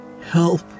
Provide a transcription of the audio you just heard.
Help